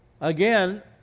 Again